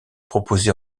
proposée